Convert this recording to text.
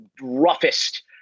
roughest